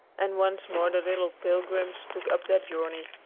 and once more the little pilgrims took up their journey.